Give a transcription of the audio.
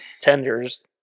tenders